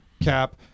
Cap